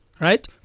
right